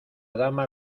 dama